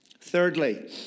Thirdly